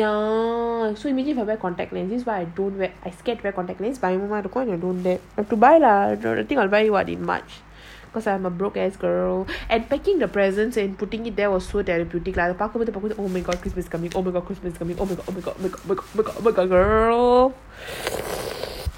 ya so imagine I wear contact lenses this is why I don't dare I scared wear contact lens பயங்கரமாஇருக்கும்:bayangarama irukum have to buy lah I think I'll buy one in march cause I'm a broke ass girl and packing the presents and putting it there was so therapeutic like அதபார்க்கும்போது:adha parkumpothu oh my god christmas is coming oh my god christmas is coming oh my god oh my god oh my god oh my god girl